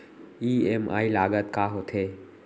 EMI लागत का होथे?